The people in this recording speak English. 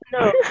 No